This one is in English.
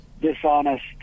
dishonest